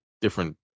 different